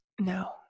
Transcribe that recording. No